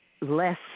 less